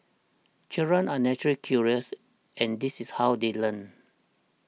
children are naturally curious and this is how they learn